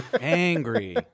Angry